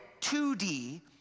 2D